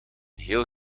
heel